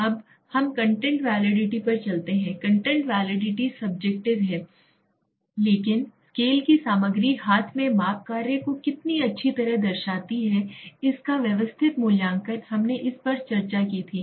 अब हम content validity पर चलते हैं कंटेंट वैलिडिटी सब्जेक्टिव है लेकिन स्केल की सामग्री हाथ में माप कार्य को कितनी अच्छी तरह दर्शाती है इसका व्यवस्थित मूल्यांकन हमने इस पर चर्चा की थी